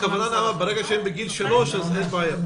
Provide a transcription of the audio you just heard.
הכוונה נעמה ברגע שבגיל 3 אז אין בעיה.